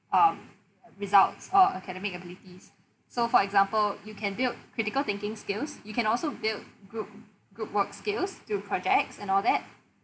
um results or academic abilities so for example you can build critical thinking skills you can also build group group work skills through projects and all that